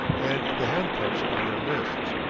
and the handcuffs on their wrists.